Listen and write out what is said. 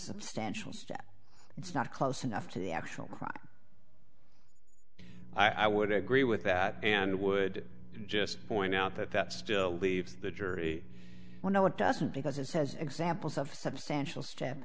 substantial step it's not close enough to the actual crime i would agree with that and would just point out that that still leaves the jury well no it doesn't because it says examples of substantial step